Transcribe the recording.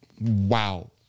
Wow